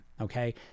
Okay